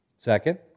Second